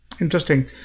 Interesting